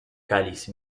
cáliz